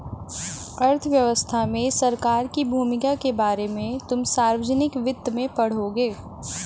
अर्थव्यवस्था में सरकार की भूमिका के बारे में तुम सार्वजनिक वित्त में पढ़ोगे